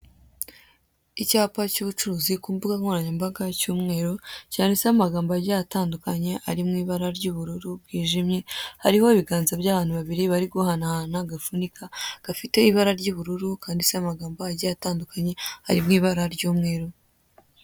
Icyapa cy'ubucuruzi ku mbuga nkoranyambaga cy'umweru cyanditseho amagambo agiye atandukanye ari mu ibara ry'ubururu bwijimye, hariho ibiganza by'abantu babiri bari guhanahana agapfunika gafite ibara ry'ubururu kanditseho amagambo agiye atandukanye ari mu ibara ry'umweru.